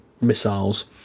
missiles